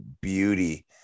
beauty